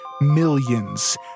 millions